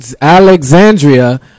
Alexandria